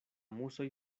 musoj